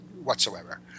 Whatsoever